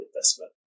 investment